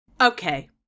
Okay